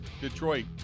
Detroit